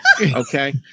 Okay